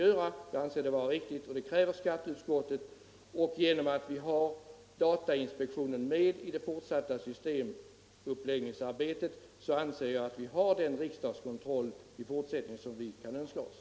Jag anser det vara riktigt, och det kräver skatteutskottet. Genom att vi har datainspektionen med i systemuppläggningsarbetet anser jag att vi får den riksdagskontroll i fortsättningen som vi kan önska oss.